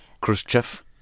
Khrushchev